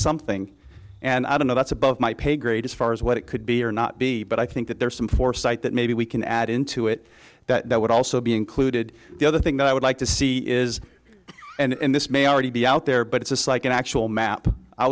something and i don't know that's above my pay grade as far as what it could be or not be but i think that there's some foresight that maybe we can add into it that would also be included the other thing that i would like to see is and this may already be out there but it's like an actual map i